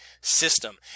system